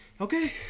Okay